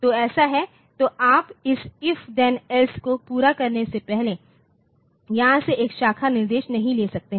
तो ऐसा है तो आप इस इफ थेन एल्स को पूरा करने से पहले यहां से एक शाखा निर्देश नहीं ले सकते हैं